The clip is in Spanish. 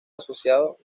asociado